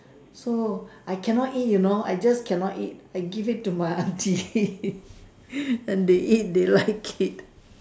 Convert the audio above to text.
so I cannot eat you know I just cannot eat I give it to my auntie and they eat they like it